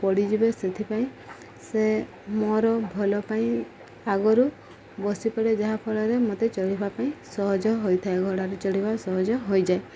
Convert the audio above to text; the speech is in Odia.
ପଡ଼ିଯିବେ ସେଥିପାଇଁ ସେ ମୋର ଭଲ ପାଇଁ ଆଗରୁ ବସିପଡ଼େ ଯାହାଫଳରେ ମୋତେ ଚଢ଼ିବା ପାଇଁ ସହଜ ହୋଇଥାଏ ଘୋଡ଼ାରେ ଚଢ଼ିବା ସହଜ ହୋଇଯାଏ